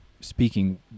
speaking